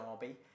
Derby